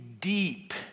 deep